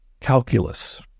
calculus